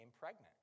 pregnant